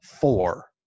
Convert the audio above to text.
four